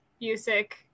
music